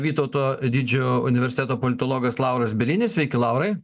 vytauto didžiojo universiteto politologas lauras bielinis sveiki laurai